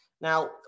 Now